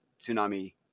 tsunami